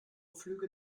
flüge